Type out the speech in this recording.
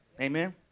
Amen